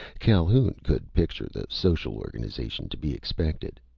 calhoun could picture the social organization to be expected.